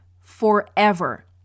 forever